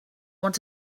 want